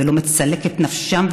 ולא מצלק את נפשם,